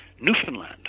Newfoundland